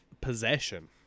Possession